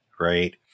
right